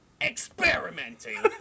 experimenting